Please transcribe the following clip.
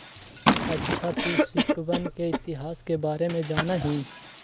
अच्छा तू सिक्कवन के इतिहास के बारे में जाना हीं?